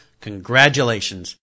congratulations